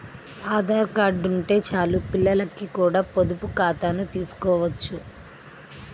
Aadhaar card ఉంటే చాలు పిల్లలకి కూడా పొదుపు ఖాతాను తీసుకోవచ్చు